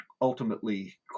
ultimately